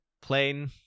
Plane